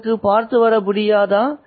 உனக்கு பார்த்து வர முடியாதா